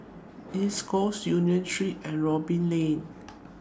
East Coast Union Street and Robin Lane